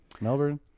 melbourne